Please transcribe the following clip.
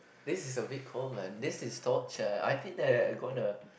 this is a bit cold man this is torture I think I I gonna